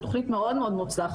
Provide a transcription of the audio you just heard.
זאת תוכנית מאוד מוצלחת,